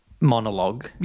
monologue